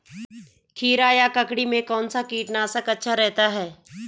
खीरा या ककड़ी में कौन सा कीटनाशक अच्छा रहता है?